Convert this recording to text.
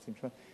חצי משפט,